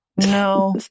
No